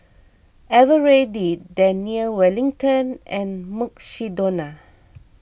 Eveready Daniel Wellington and Mukshidonna